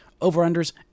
over-unders